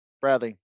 Bradley